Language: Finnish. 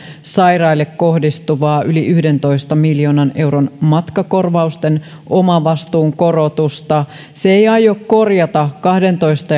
sairaille kohdistuvaa yli yhdentoista miljoonan euron matkakorvausten omavastuun korotusta se ei aio korjata kahdentoista